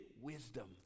wisdom